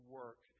work